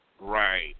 Right